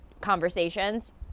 conversations